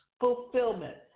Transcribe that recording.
fulfillment